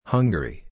Hungary